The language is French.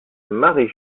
marie